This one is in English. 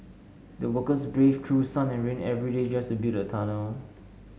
the workers braved through sun and rain every day just to build the tunnel